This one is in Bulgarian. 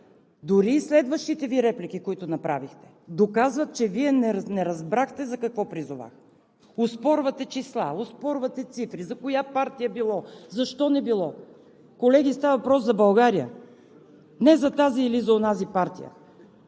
дори и следващите реплики, които направихте, доказват, че Вие не разбрахте за какво призовах – оспорвате числа, оспорвате цифри, за коя партия било, защо не било. Колеги, става въпрос за България, не за тази или за онази партия.